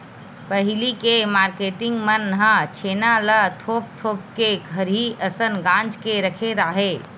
पहिली के मारकेटिंग मन ह छेना ल थोप थोप के खरही असन गांज के रखे राहय